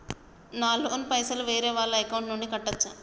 నా లోన్ పైసలు వేరే వాళ్ల అకౌంట్ నుండి కట్టచ్చా?